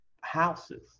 houses